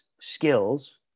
skills